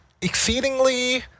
exceedingly